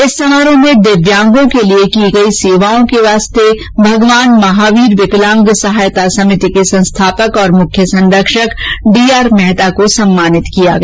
इस समारोह में दिव्यांगों के लिए की गई सेवाओं के लिए भगवान महावीर विकलांग सहायता समिति के संस्थापक और मुख्य संरक्षक डीआर मेहता को सम्मानित किया गया